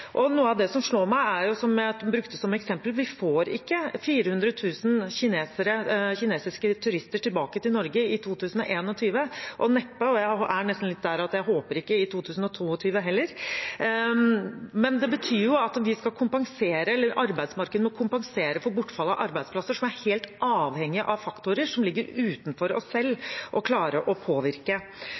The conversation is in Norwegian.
Noe av det som slår meg, og som jeg brukte som eksempel, er at vi får ikke 400 000 kinesiske turister tilbake til Norge i 2021 – og neppe i 2022 heller, jeg er nesten der at jeg ikke håper det. Det betyr at arbeidsmarkedet må kompensere for bortfall av arbeidsplasser som er helt avhengig av faktorer som ligger utenfor oss selv å klare å påvirke.